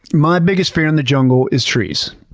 my biggest fear in the jungle is trees.